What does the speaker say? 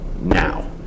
now